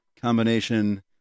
combination